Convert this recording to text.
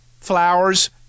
flowers